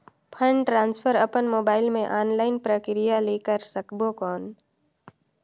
Fund transfer अपन mobile मे online प्रक्रिया ले कर सकबो कौन?